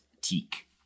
Teak